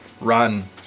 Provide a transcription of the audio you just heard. run